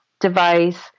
device